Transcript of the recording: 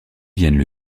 viennent